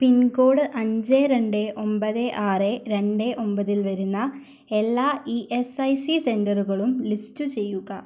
പിൻ code അഞ്ച് രണ്ട് ഒൻപത് ആറ് രണ്ട് ഒൻപതിൽ വരുന്ന എല്ലാ ഇ എസ് ഐ സി സെൻ്ററുകളും ലിസ്റ്റ് ചെയ്യുക